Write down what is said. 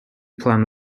plan